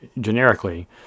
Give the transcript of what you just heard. generically